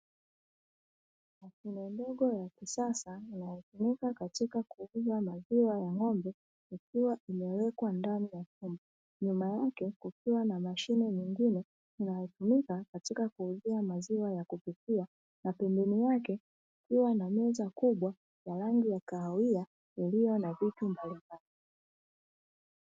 Mashine ndogo ya kisasa inayotumika katika kuuza maziwa ya ng’ombe ikiwa imewekwa ndani ya chumba, nyuma yake kukiwa na mashine nyingine inayotumika katika kuuzia maziwa ya kupikia na pembeni yake kukiwa na meza kubwa ya rangi ya kahawia iliyo na vitu mbalimbali.